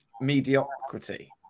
mediocrity